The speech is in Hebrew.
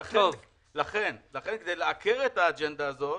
לכן, כדי לעקר את האג'נדה הזאת